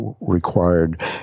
required